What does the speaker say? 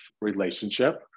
relationship